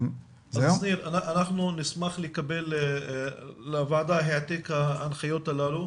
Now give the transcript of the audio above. אנחנו נשמח לקבל לוועדה העתק ההנחיות הללו.